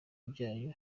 byayo